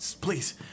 Please